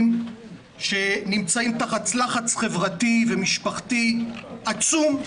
שנמצאים תחת לחץ חברתי ומשפחתי עצום,